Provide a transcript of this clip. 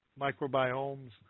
microbiomes